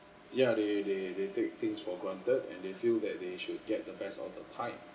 ya they they they take things for granted and they feel that they should get the best all the time